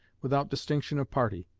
without distinction of party.